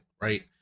right